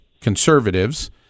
conservatives